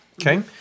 Okay